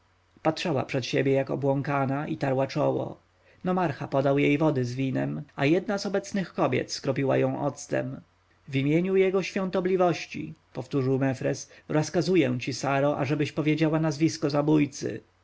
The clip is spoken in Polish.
patrzyła przed siebie jak obłąkana i tarła czoło nomarcha podał jej wody z winem a jedna z obecnych kobiet skropiła ją octem w imieniu jego świątobliwości powtórzył mefres rozkazuję ci saro ażebyś powiedziała nazwisko zabójcy